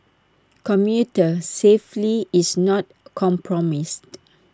commuter safely is not compromised